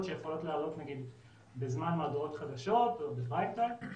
שיכולת לעלות בזמן מהדורת החדשות או בפריים טיים.